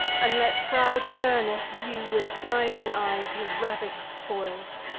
and let proud turnus view, with dying eyes, his ravish'd spoils.